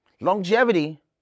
Longevity